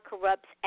corrupts